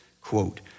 quote